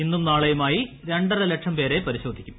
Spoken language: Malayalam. ഇന്നും നാളെയുമായി രണ്ടര ലക്ഷം പ്പേർ പരിശോധിക്കും